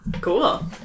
cool